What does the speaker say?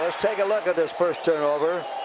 take a look at this first turnover.